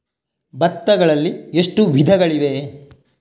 ಭತ್ತಗಳಲ್ಲಿ ಎಷ್ಟು ವಿಧಗಳಿವೆ?